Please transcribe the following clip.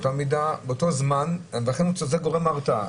לכן צריך להיות גורם ההרתעה.